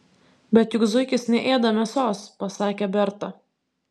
bet juk zuikis neėda mėsos pasakė berta